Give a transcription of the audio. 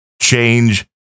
change